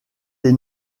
des